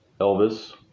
Elvis